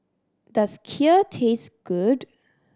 does Kheer taste good